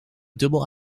dubbel